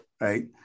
Right